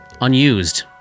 unused